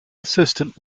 assistant